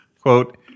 quote